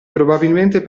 probabilmente